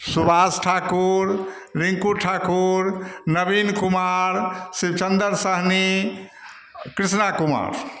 Subhash Thakur Rinku Thakur Naveen Kumar Shivchandra Sahni Krishna Kumar